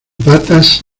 patas